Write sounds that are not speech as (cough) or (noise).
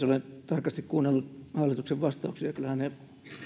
(unintelligible) olen tarkasti kuunnellut hallituksen vastauksia ja kyllähän ne